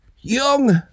Young